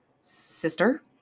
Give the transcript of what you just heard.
sister